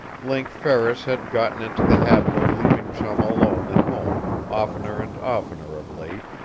link ferris had gotten into the habit of leaving chum alone at home, oftener and oftener of late,